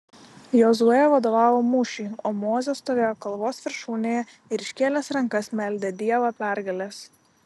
jozuė vadovavo mūšiui o mozė stovėjo kalvos viršūnėje ir iškėlęs rankas meldė dievą pergalės